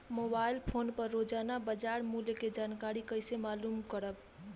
Mobile phone पर रोजाना बाजार मूल्य के जानकारी कइसे मालूम करब?